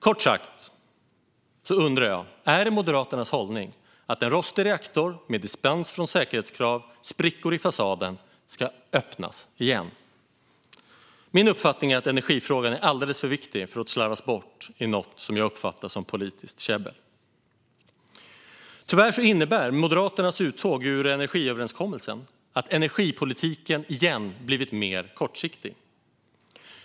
Kort sagt undrar jag om det är Moderaternas hållning att en rostig reaktor med dispens från säkerhetskrav och sprickor i fasaden ska öppnas igen. Energifrågan är alldeles för viktig för att slarvas bort i något som jag uppfattar som politiskt käbbel. Tyvärr innebär Moderaternas uttåg ur energiöverenskommelsen att energipolitiken har blivit mer kortsiktig igen.